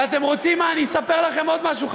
ואתם רוצים שאני אספר לכם עוד משהו?